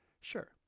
Sure